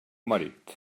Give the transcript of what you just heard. marit